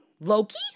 Loki